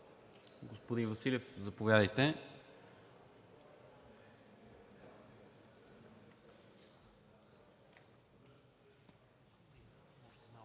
Господин Василев, заповядайте.